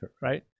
right